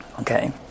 Okay